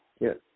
Yes